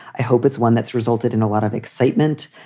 i hope it's one that's resulted in a lot of excitement,